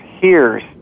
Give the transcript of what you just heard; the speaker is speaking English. hears